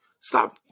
Stop